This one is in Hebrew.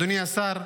אדוני השר,